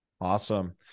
Awesome